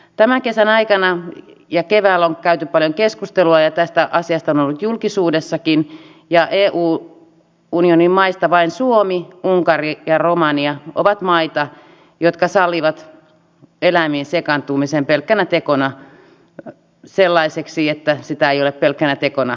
tämän kesän aikana ja keväällä on käyty paljon keskustelua ja tämä asia on ollut julkisuudessakin ja eu maista vain suomi unkari ja romania ovat maita jotka sallivat eläimiin sekaantumisen pelkkänä tekona niin että sitä ei ole pelkkänä tekona kriminalisoitu